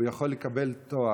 הוא יכול לקבל תואר.